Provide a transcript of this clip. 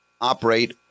operate